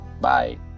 Bye